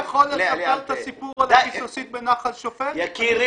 אני יכול לספר את הסיפור על קיסוסית בנחל שופט --- יקירי.